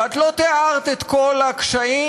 ואת לא תיארת את כל הקשיים,